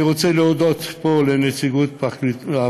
אני רוצה להודות פה לנציגות הפרקליטות,